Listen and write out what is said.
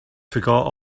forgot